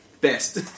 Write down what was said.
Best